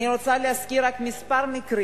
אני רוצה רק להזכיר כמה מקרים: